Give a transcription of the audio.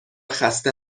خسته